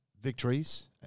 victories